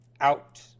out